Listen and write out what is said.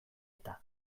eta